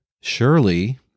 Surely